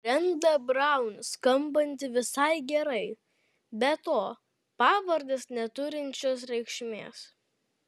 brenda braun skambanti visai gerai be to pavardės neturinčios reikšmės